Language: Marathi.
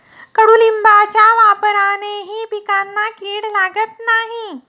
कडुलिंबाच्या वापरानेही पिकांना कीड लागत नाही